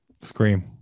Scream